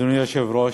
אדוני היושב-ראש,